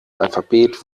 alphabet